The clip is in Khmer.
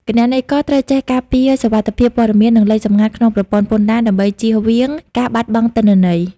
គណនេយ្យករត្រូវចេះការពារសុវត្ថិភាពព័ត៌មាន និងលេខសម្ងាត់ក្នុងប្រព័ន្ធពន្ធដារ ដើម្បីចៀសវាងការបាត់បង់ទិន្នន័យ។